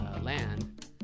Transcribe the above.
land